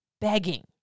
begging